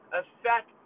affect